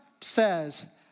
says